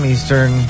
Eastern